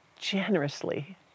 generously